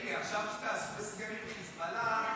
אלי, עכשיו כשתעשו הסכם עם חיזבאללה,